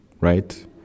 Right